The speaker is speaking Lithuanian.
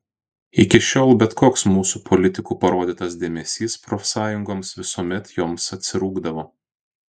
iki šiol bet koks mūsų politikų parodytas dėmesys profsąjungoms visuomet joms atsirūgdavo